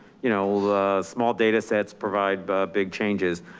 you know small data sets provide but big changes.